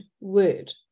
word